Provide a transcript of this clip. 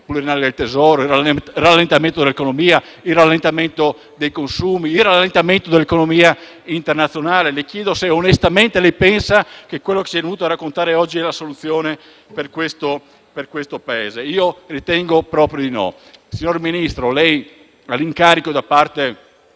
poliennali del tesoro, il rallentamento dell'economia, il rallentamento dei consumi, il rallentamento dell'economia internazionale. Le chiedo se onestamente lei pensa che quanto ci è venuto a raccontare oggi sia la soluzione per questo Paese. Io ritengo proprio di no. Signor Ministro, lei ha l'incarico da parte